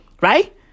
Right